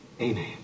amen